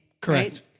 Correct